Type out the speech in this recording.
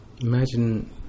imagine